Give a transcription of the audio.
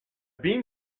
been